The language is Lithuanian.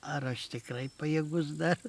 ar aš tikrai pajėgus dar